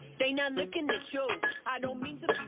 they not lookin' at you i don't mean to